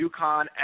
UConn